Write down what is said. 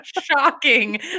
Shocking